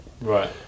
right